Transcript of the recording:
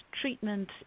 treatment